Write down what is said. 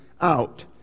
out